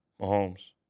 Mahomes